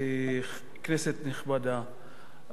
כנסת נכבדה,